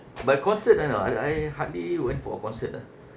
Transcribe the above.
but concert I know I I hardly went for a concert ah